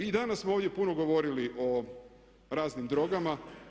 I danas smo ovdje puno govorili o raznim drogama.